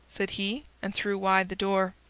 said he, and threw wide the door.